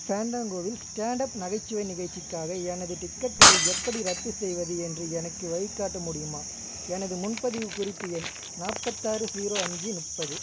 ஃபேண்டாங்கோவில் stand up நகைச்சுவை நிகழ்ச்சிக்காக எனது டிக்கெட்களை எப்படி ரத்து செய்வது என்று எனக்கு வழிகாட்ட முடியுமா எனது முன்பதிவு குறிப்பு எண் நாற்பத்தாறு ஸீரோ அஞ்சு முப்பது